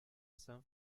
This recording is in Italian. san